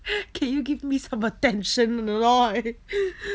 can you give me some attention